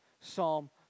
Psalm